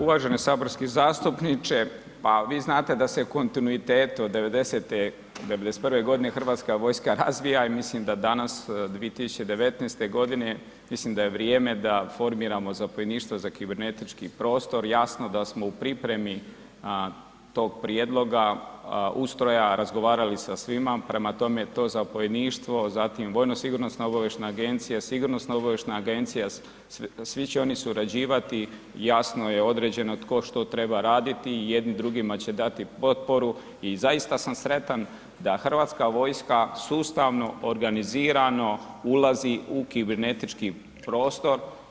Uvaženi saborski zastupniče, pa vi znate da se u kontinuitetu od '90., '91.g. Hrvatska vojska razvija i mislim da danas 2019.g. mislim da je vrijeme da formiramo zapovjedništvo za kibernetički prostor, jasno da smo u pripremi tog prijedloga, ustroja, razgovarali sa svima, prema tome, to zapovjedništvo zatim vojno sigurnosna obavještajna agencija, sigurnosna obavještajna agencija, svi će oni surađivati, jasno je određeno tko što treba raditi i jedni drugima će dati potporu i zaista sam sretan da Hrvatska vojska sustavno, organizirano ulazi u kibernetički prostor.